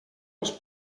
els